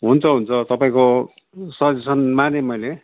हुन्छ हुन्छ तपाईँको सजेसन मानेँ मैले